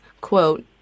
quote